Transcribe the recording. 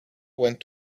went